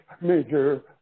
major